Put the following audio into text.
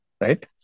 right